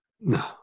No